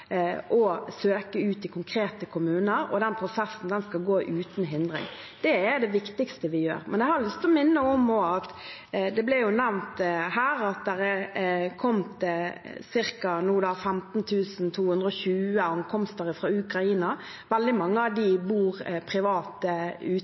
søke ut i konkrete kommuner. Den prosessen skal gå uten hindring. Det er det viktigste vi gjør. Det ble nevnt her at det er ca. 15 220 ankomster fra Ukraina. Veldig mange av dem bor privat, er